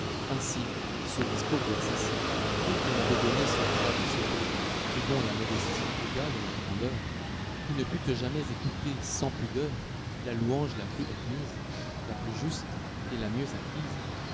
ainsi ce discours doit cesser vous qui m'avez donné ce qu'il a de solide et dont la modestie égale la grandeur qui ne pûtes jamais écouter sans pudeur la louange la plus permise la plus juste et la mieux acquise